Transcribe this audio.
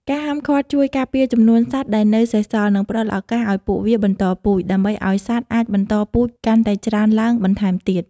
ការហាមឃាត់ជួយការពារចំនួនសត្វដែលនៅសេសសល់ និងផ្ដល់ឱកាសឱ្យពួកវាបន្តពូជ ដើម្បីឲ្យសត្វអាចបន្តពូជកាន់តែច្រើនឡើងបន្ថែមទៀត។